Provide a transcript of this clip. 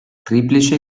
triplice